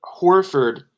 Horford